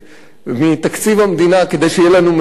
מתקציב המדינה כדי שיהיה לנו ממונה?